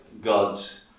God's